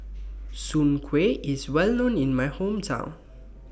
Soon Kway IS Well known in My Hometown